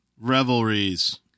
revelries